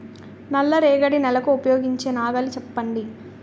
నల్ల రేగడి నెలకు ఉపయోగించే నాగలి చెప్పండి?